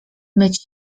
myć